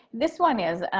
this one is,